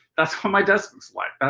that's what my desk looks like.